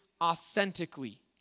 authentically